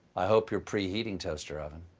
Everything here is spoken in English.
i hope you're pre-heating, toaster oven.